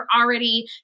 already